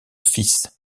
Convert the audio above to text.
fils